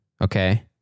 Okay